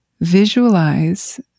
visualize